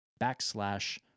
backslash